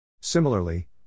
Similarly